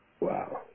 Wow